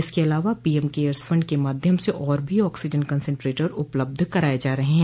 इसके अलावा PM cares fund के माध्यम से और भी ऑक्सीजन कंसंट्रेटर उपलब्ध कराए जा रहे हैं